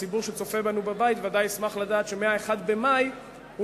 הציבור שצופה בנו בבית ודאי ישמח לדעת שמ-1 במאי הוא